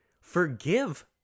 Forgive